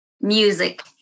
music